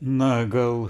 na gal